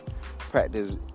practice